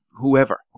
whoever